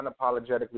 unapologetically